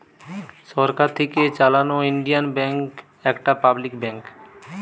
সরকার থিকে চালানো Indian bank একটা পাবলিক ব্যাঙ্ক